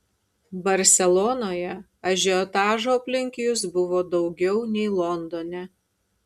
barselonoje ažiotažo aplink jus buvo daugiau nei londone